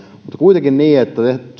kuitenkin niin